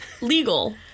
legal